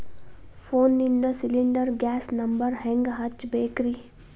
ಫೋನಿಂದ cylinder gas number ಹೆಂಗ್ ಹಚ್ಚ ಬೇಕ್ರಿ?